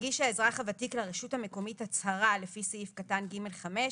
יגיד האזרח הוותיק לרשות המקומית הצהרה לפי סעיף קטן (ג)(5),